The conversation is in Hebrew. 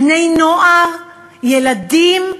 בני-נוער, ילדים?